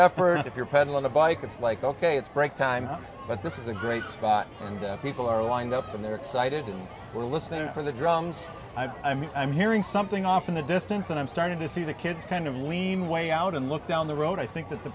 effort if you're pedal on a bike it's like ok it's break time but this is a great spot and people are lined up and they're excited and we're listening for the drums i mean i'm hearing something off in the distance and i'm starting to see the kids kind of lean way out and look down the road i think that the